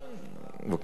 בבקשה.